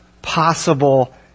Possible